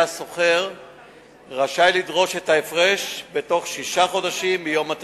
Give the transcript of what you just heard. יהיה השוכר רשאי לדרוש את ההפרש בתוך שישה חודשים מיום התשלום.